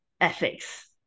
ethics